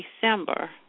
December